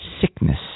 sickness